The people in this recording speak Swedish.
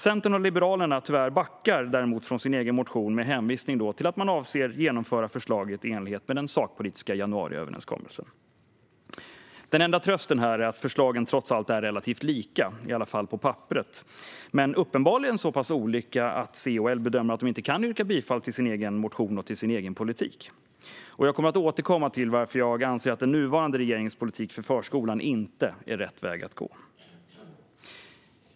Centern och Liberalerna backar däremot från sin egen motion med hänvisning till att man avser att genomföra förslaget i enlighet med den sakpolitiska januariöverenskommelsen. Den enda trösten här är att förslagen trots allt är relativt lika, i alla fall på papperet. Men de är uppenbarligen så pass olika att C och L bedömer att de inte kan yrka bifall till sin egen motion och sin egen politik. Jag återkommer till varför jag anser att den nuvarande regeringens politik för förskolan inte är rätt väg att gå.